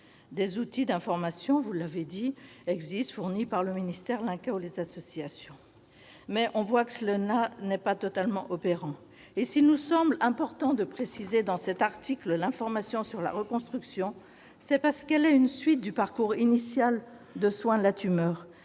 Des outils d'information existent, fournis par le ministère, l'INCa ou les associations, mais on sait que cela n'est pas totalement opérant. S'il nous semble important de prévoir dans cet article l'information sur la reconstruction, c'est parce qu'elle est une suite du parcours initial de soin de la tumeur